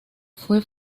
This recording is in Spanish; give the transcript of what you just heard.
fue